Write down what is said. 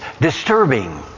disturbing